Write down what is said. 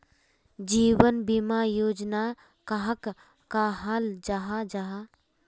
जीवन बीमा योजना कहाक कहाल जाहा जाहा?